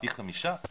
פי חמישה.